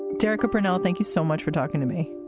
derecka purnell, thank you so much for talking to me.